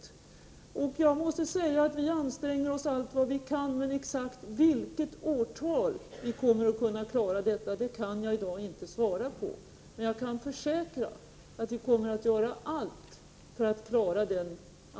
Jag måste säga: Vi anstränger oss allt vad vi kan, men jag kan inte ange exakt vilket årtal vi kommer att kunna klara målet. Men jag kan försäkra att vi kommer att göra allt vad vi kan göra